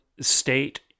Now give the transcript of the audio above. State